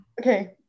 Okay